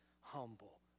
humble